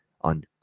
on